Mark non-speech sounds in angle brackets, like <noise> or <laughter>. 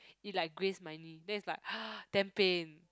it like graze my knee then is like <noise> damn pain